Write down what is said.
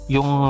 Yung